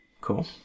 cool